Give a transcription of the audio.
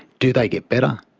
do they get better?